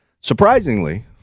surprisingly